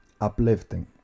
uplifting